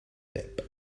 lip